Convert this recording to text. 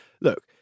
look